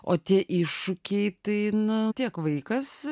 o tie iššūkiai tai nu tiek vaikas